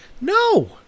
No